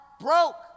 broke